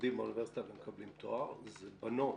שלומדים באוניברסיטה ומקבלים תואר אלה בנות